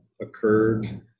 occurred